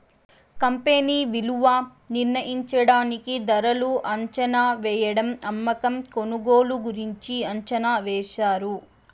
company విలువ నిర్ణయించడానికి ధరలు అంచనావేయడం అమ్మకం కొనుగోలు గురించి అంచనా వేశారు